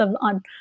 on